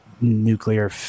nuclear